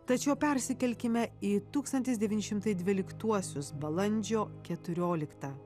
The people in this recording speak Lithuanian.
tačiau persikelkime į tūkstantis devyni šimtai dvyliktuosius balandžio keturiolikta